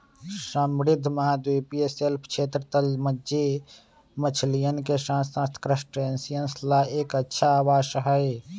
समृद्ध महाद्वीपीय शेल्फ क्षेत्र, तलमज्जी मछलियन के साथसाथ क्रस्टेशियंस ला एक अच्छा आवास हई